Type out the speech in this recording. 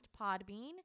Podbean